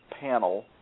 panel